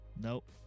nope